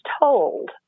told